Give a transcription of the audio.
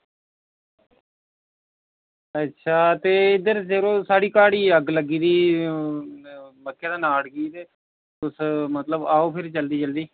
ते इद्धर जेह्ड़ी साढ़ी काह्ड़ियै गी अग्ग लग्गी दी ही मक्कें दे नाड़ गी फिर आओ जल्दी जल्दी